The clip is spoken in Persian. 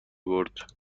برد